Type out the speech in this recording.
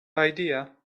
idea